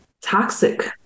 toxic